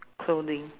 clothing